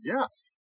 Yes